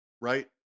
right